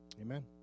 Amen